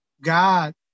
God